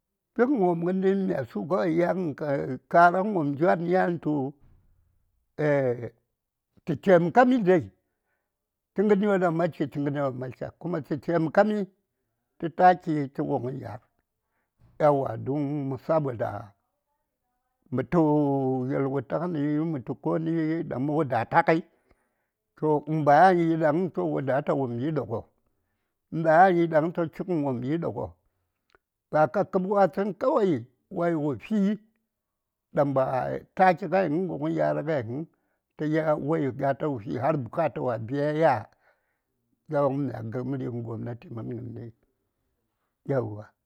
﻿Tsəngən wopm yan ŋəni dai myasu karagən wopm djwan yan to chitu tə taimake mi tə ŋərwon ɗaŋ ma chi tə ŋərwon ɗaŋ ma tlya kuma tə taimakami tə taki tə wuŋ ya:r yauwa don saboda mə tu yalwataŋəni mə tu komi ɗaŋ ma wadata ŋai toh uhbayan yiɗaŋ ta wadata wopm yiɗo ŋo? uhbayan yiɗaŋ ta chigən wopm yiɗo ŋo ba ka kəb wa: tsən kawai wa:s wo fi ɗaŋ ba taki ŋaiŋ wuŋ ya:r ŋai həŋ ta ya wai fi har bukata wai biyai ya? yan mya gə:m ri:ŋ gobnati mən gəndiyo yauwa.